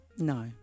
No